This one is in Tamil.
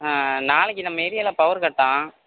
நாளைக்கு நம்ம ஏரியாவில பவர் கட்டாம்